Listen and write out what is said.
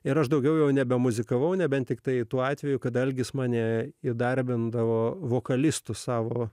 ir aš daugiau jau nebe muzikavau nebent tiktai tuo atveju kada algis mane įdarbindavo vokalistų savo